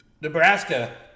Nebraska